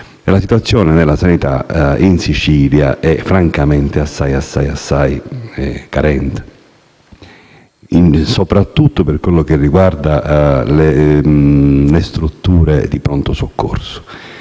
la situazione della sanità in Sicilia francamente è assai carente, soprattutto per quanto riguarda le strutture di pronto soccorso.